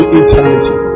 eternity